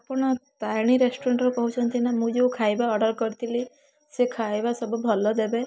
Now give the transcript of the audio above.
ଆପଣ ତାରିଣୀ ରେଷଟୁରାଣ୍ଟରୁ କହୁଛନ୍ତି ନା ମୁଁ ଯୋଉ ଖାଇବା ଅର୍ଡ଼ର୍ କରିଥିଲି ସେ ଖାଇବା ସବୁ ଭଲ ଦେବେ